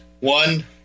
one